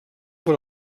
per